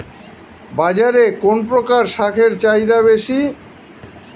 বাজারে কোন প্রকার শাকের চাহিদা বেশী?